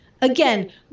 again